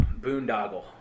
boondoggle